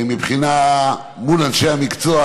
מול אנשי המקצוע,